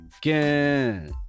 again